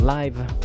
live